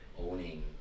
owning